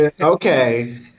okay